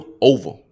over